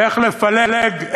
איך לפלג,